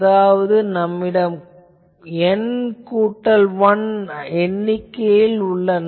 அதாவது நம்மிடம் N கூட்டல் 1 எண்ணிக்கைகள் உள்ளன